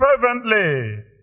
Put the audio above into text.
fervently